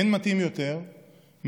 אין מתאים יותר מלצטט